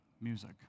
Music